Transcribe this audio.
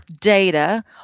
data